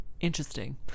Interesting